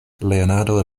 leonardo